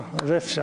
זה אפשר.